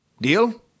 Deal